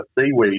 seaweed